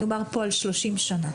מדובר פה על 30 שנה.